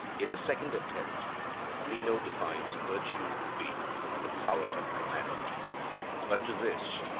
in a second attempt meno defines virtue to be the power of command but to this,